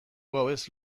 gauez